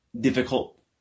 difficult